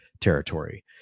territory